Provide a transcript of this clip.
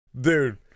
dude